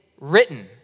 written